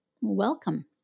Welcome